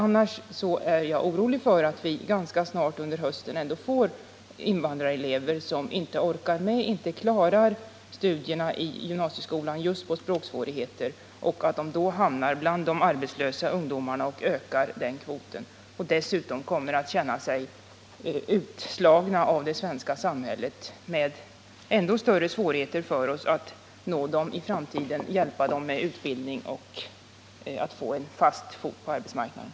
Annars är jag orolig för att vi ganska snart under hösten får invandrarelever som inte klarar av studierna på gymnasieskolan just på grund av språksvårigheter. Risken är stor att de då hamnar i gruppen arbetslösa ungdomar och ökar den kvoten. Dessutom kommer de att känna sig utslagna av det svenska samhället med ändå större svårigheter för oss att nå dem i framtiden för att hjälpa dem med utbildning i syfte att ge dem en fast fot på arbetsmarknaden.